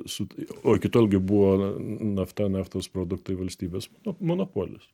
su o iki tol gi buvo nafta naftos produktai valstybės monopolis